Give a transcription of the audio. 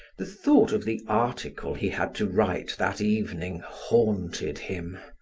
the thought of the article he had to write that evening haunted him.